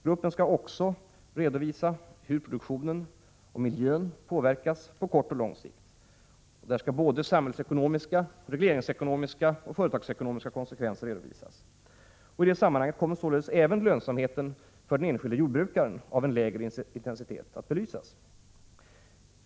Gruppen skall också redovisa hur produktionen och miljön påverkas på kort och lång sikt. Härvid skall såväl samhällsekonomiska, regleringsekonomiska som företagsekonomiska konsekvenser redovisas. I detta sammanhang kommer således även lönsamheten för den enskilde jordbrukaren av en lägre intensitet att belysas.